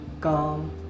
calm